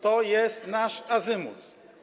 To jest nasz azymut.